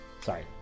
Sorry